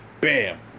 Bam